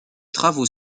travaux